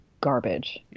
garbage